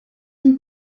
ligne